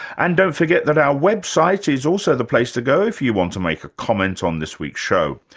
and don't forget that our website is also the place to go if you want to make a comment on this week's show.